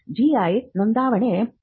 GI ನೋಂದಾವಣೆ ಚೆನ್ನೈನಲ್ಲಿದೆ